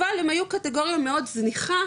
אבל הם היו קטגוריה מאד זניחה,